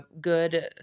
good